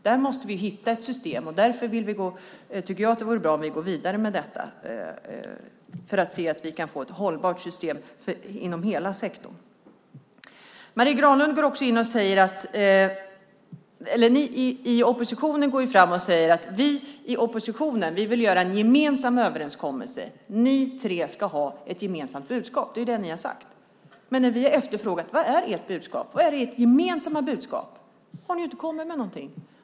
Där måste vi hitta ett system, och därför tycker jag att det vore bra om vi kunde gå vidare för att se om vi kan få ett hållbart system inom hela sektorn. Ni i oppositionen går fram och säger: Vi i oppositionen vill göra en gemensam överenskommelse. Ni tre ska ha ett gemensamt budskap, det är det ni har sagt. Men när vi har efterfrågat vad som är ert gemensamma budskap har ni inte kommit med någonting.